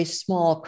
small